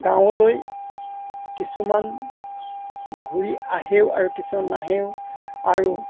গাঁৱলৈ কিছুমান ঘূৰি আহেও আৰু কিছুমান নাহেও আৰু